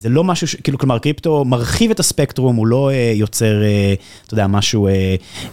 זה לא משהו שכאילו?.. כלומר, קריפטו מרחיב את הספקטרום הוא לא יוצר אתה יודע משהו אה...